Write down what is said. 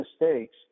mistakes